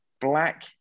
black